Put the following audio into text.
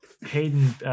Hayden